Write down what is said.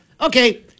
okay